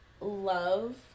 love